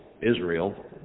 Israel